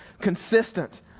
consistent